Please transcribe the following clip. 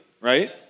right